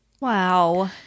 Wow